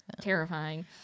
Terrifying